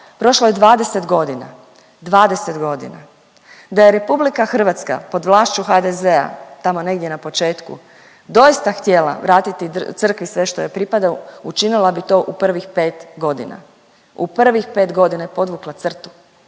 godina, 20 godina. Da je Republika Hrvatska pod vlašću HDZ-a tamo negdje na početku doista htjela vratiti crkvi sve što joj pripada učinila bi to u prvih pet godina, u prvih pet godina i podvukla crtu.